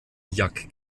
jack